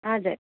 हजुर